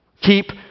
Keep